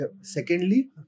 secondly